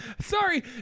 Sorry